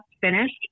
finished